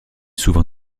souvent